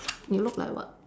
you look like what